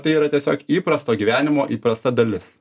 tai yra tiesiog įprasto gyvenimo įprasta dalis